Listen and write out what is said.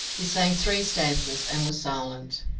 he sang three stanzas, and was silent.